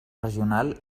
regional